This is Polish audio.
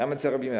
A my co robimy?